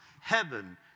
Heaven